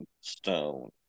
stone